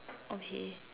okay